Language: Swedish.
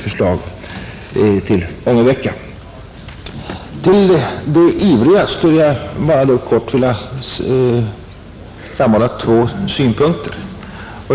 För de ivriga skulle jag då bara kort vilja framhålla två synpunkter.